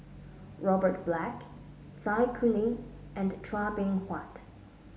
Robert Black Zai Kuning and Chua Beng Huat